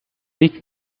niet